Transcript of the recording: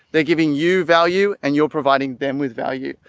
they're giving you value and you're providing them with value.